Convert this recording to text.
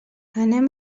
anem